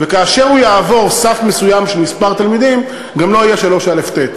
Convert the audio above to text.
וכאשר הוא יעבור סף מסוים של מספר תלמידים גם לא יהיה 3א(ט).